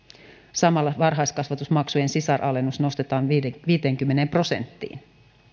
samalla varhaiskasvatusmaksujen sisaralennus nostetaan viiteenkymmeneen prosenttiin